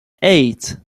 eight